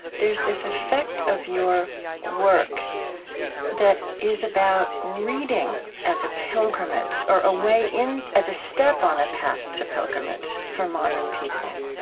there's this effect of your work that is about reading as a pilgrimage, or a way in as a step on a path to pilgrimage for modern people.